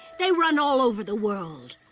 they run all over the world.